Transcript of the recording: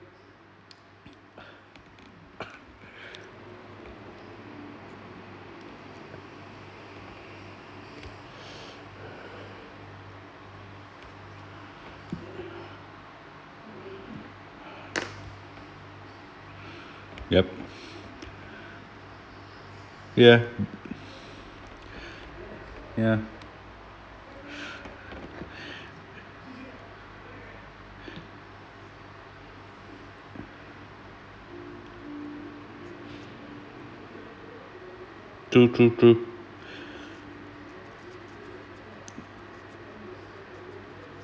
yup ya ya true true true